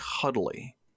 cuddly